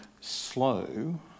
slow